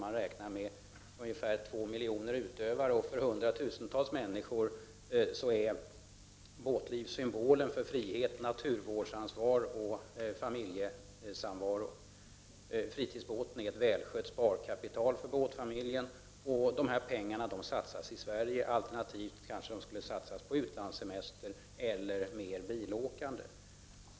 Man räknar med ungefär två miljoner utövare, och för hundratusentals människor är båtliv symbolen för frihet, naturvårdsansvar och familjesamvaro. Fritidsbåten är ett välskött sparkapital för båtfamiljen, och dessa pengar satsas i Sverige. Alternativt kanske de skulle ha satsats på utlandssemester eller mer bilåkande.